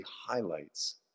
highlights